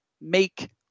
make